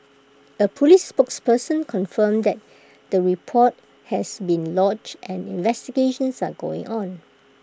A Police spokesperson confirmed that the report has been lodged and investigations are ongoing on